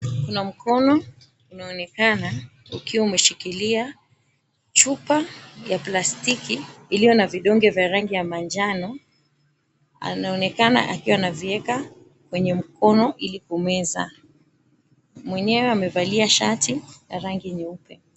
Kuna mkono unaonekana ukiwa umeshikilia chupa ya plastiki iliyo na vidonge vya rangi ya manjano anaonekana akiwa anavieka kwenye mkono ili kumeza mwenyewe amevalia shati la rangi nyeupe.